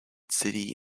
city